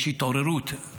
יש התעוררות.